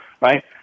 right